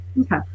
Okay